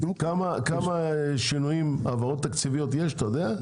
כמה העברות תקציביות יש, אתה יודע?